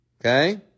Okay